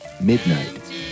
Midnight